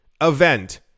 event